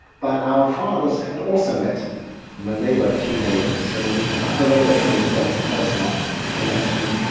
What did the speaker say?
but our fathers had also met when they were teenagers, so we have a hereditary as well as a personal connection.